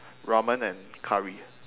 ramen and curry